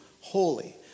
holy